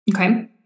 Okay